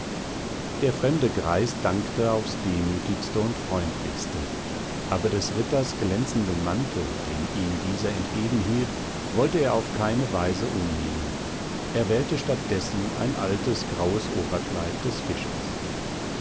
der fremde greis dankte aufs demütigste und freundlichste aber des ritters glänzenden mantel den ihm dieser entgegenhielt wollte er auf keine weise umnehmen er wählte statt dessen ein altes graues oberkleid des fischers